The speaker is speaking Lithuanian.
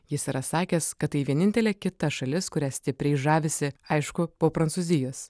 jis yra sakęs kad tai vienintelė kita šalis kuria stipriai žavisi aišku po prancūzijos